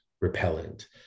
repellent